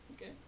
Okay